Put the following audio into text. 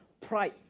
pride